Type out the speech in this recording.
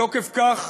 בתוקף כך